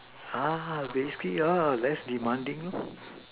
!huh! the hp less demanding lor